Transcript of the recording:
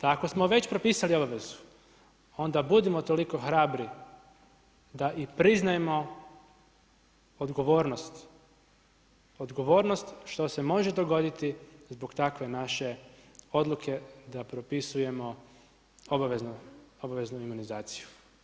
Ako smo već propisali obavezu onda budimo toliko hrabri da i priznajmo odgovornost, odgovornost što se može dogoditi zbog takve naše odluke da propisujemo obaveznu imunizaciju.